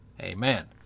amen